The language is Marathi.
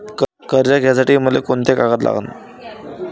कर्ज घ्यासाठी मले कोंते कागद लागन?